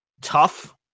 tough